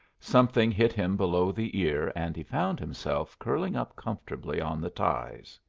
something hit him below the ear and he found himself curling up comfortably on the ties.